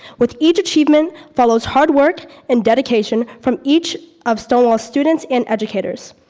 with each achievement follows hard work and dedication from each of stonewall's students and educators.